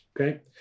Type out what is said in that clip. Okay